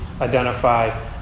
identify